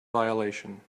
violation